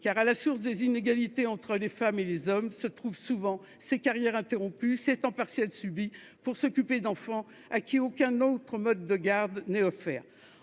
Car, à la source des inégalités entre les femmes et les hommes, on trouve souvent des carrières interrompues, des temps partiels subis pour s'occuper d'enfants à qui aucun autre mode de garde n'est offert.